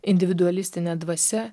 individualistinė dvasia